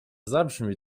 zabrzmi